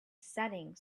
setting